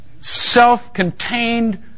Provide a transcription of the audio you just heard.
self-contained